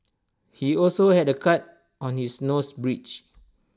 he also had A cut on his nose bridge